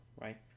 right